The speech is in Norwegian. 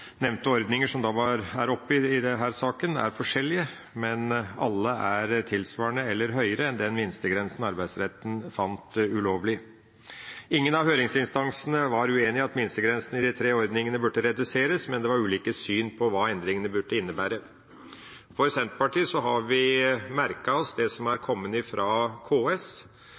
nevnte ordninger i denne saken er forskjellige, men alle er tilsvarende eller høyere enn den minstegrensen Arbeidsretten fant ulovlig. Ingen av høringsinstansene var uenig i at minstegrensene i de tre ordningene burde reduseres, men det var ulike syn på hva endringene burde innebære. I Senterpartiet har vi merket oss det som er